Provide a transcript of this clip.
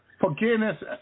forgiveness